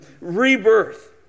rebirth